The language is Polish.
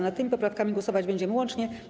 Nad tymi poprawkami głosować będziemy łącznie.